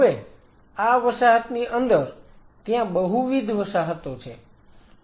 હવે આ વસાહતની અંદર ત્યાં બહુવિધ વસાહતો છે